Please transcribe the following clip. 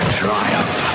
triumph